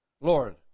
Lord